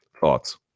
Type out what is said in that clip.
Thoughts